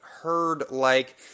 herd-like